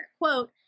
quote